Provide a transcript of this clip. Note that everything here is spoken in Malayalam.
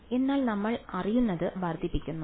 വിദ്യാർത്ഥി എന്നാൽ നമ്മൾ അറിയുന്നത് വർദ്ധിപ്പിക്കുന്നു